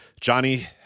Johnny